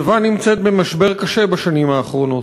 יוון נמצאת במשבר קשה בשנים האחרונות.